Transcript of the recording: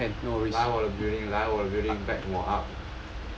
来我的 building 来我的 building back 我 up